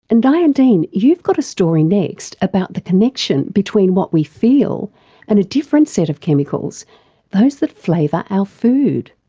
and diane dean, you've got a story next about the connection between what we feel and a different set of chemicals those that flavour our food.